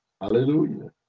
Hallelujah